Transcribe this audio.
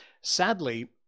Sadly